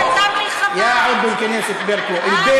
זו הייתה מלחמת שחרור, מה לעשות?